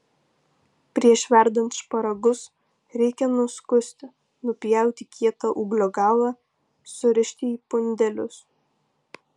prieš verdant šparagus reikia nuskusti nupjauti kietą ūglio galą surišti į pundelius